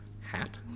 hat